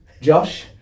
Josh